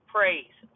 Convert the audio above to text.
Praise